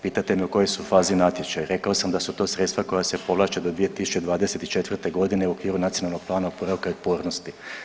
Pitate me u kojoj su fazi natječaji, rekao sam da su to sredstva koja se povlače do 2024. godine u okviru Nacionalnog plana oporavka i otpornosti.